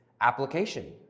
application